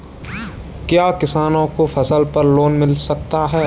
क्या किसानों को फसल पर लोन मिल सकता है?